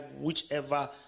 whichever